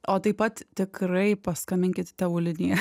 o taip pat tikrai paskambinkit į tevų liniją